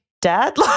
dad